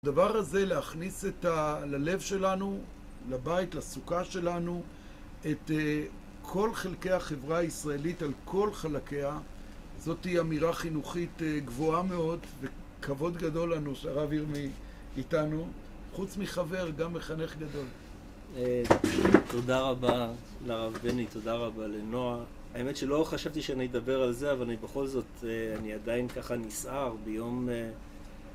דבר הזה להכניס ללב שלנו, לבית, לסוכה שלנו, את כל חלקי החברה הישראלית, על כל חלקיה, זאת אמירה חינוכית גבוהה מאוד, וכבוד גדול לנו שהרב ירמי איתנו, חוץ מחבר, גם מחנך גדול. תודה רבה לרב בני, תודה רבה לנועה. האמת שלא חשבתי שאני אדבר על זה, אבל אני בכל זאת, אני עדיין ככה נסער ביום...